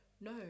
no